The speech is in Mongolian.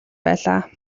байлаа